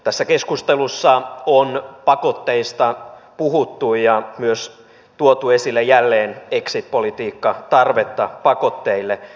tässä keskustelussa on pakotteista puhuttu ja myös tuotu esille jälleen exit politiikkatarvetta pakotteille